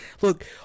Look